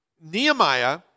Nehemiah